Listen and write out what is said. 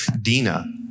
Dina